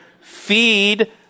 feed